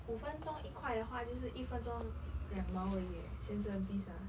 五分钟一块的话就是一分钟两毛而已 eh 先生 please ah